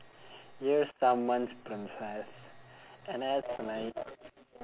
you're someone's princess and that's like